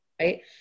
Right